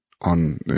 on –